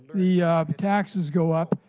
the taxes go up,